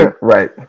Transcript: Right